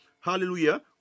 hallelujah